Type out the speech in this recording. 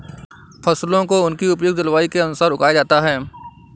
फसलों को उनकी उपयुक्त जलवायु के अनुसार उगाया जाता है